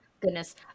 goodness